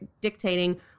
dictating